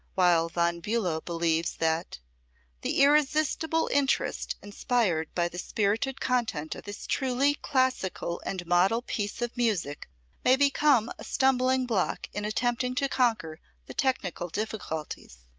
while von bulow believes that the irresistible interest inspired by the spirited content of this truly classical and model piece of music may become a stumbling block in attempting to conquer the technical difficulties.